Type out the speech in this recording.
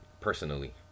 personally